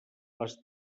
les